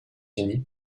unis